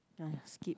!aiya! skip